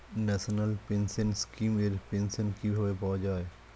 National pension scheme এর pension কিভাবে পাওয়া যায়?